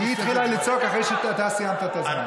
היא התחילה לצעוק אחרי שאתה סיימת את הזמן.